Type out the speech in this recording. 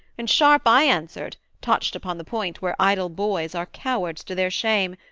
and sharp i answered, touched upon the point where idle boys are cowards to their shame,